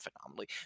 Phenomenally